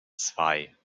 zwei